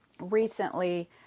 recently